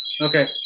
Okay